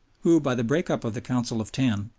who, by the break-up of the council of ten,